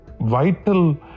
vital